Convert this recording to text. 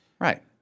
Right